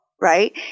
right